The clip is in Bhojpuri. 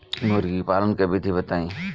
मुर्गी पालन के विधि बताई?